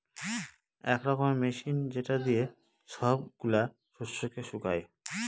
এক রকমের মেশিন যেটা দিয়ে সব গুলা শস্যকে শুকায়